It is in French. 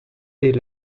est